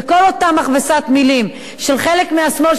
וכל אותה מכבסת מלים של חלק מהשמאל,